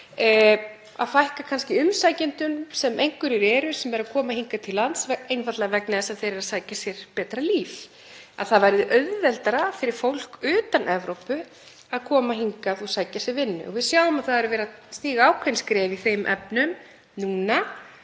að fækka kannski umsækjendum, sem einhverjir eru, sem koma hingað til lands einfaldlega vegna þess að þeir eru að sækja sér betra líf, að það verði auðveldara fyrir fólk utan Evrópu að koma hingað og sækja sér vinnu. Við sjáum að það er verið að stíga ákveðin skref í þeim efnum núna